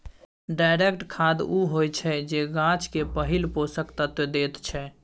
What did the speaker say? direct खाद उ होइ छै जे गाछ केँ पहिल पोषक तत्व दैत छै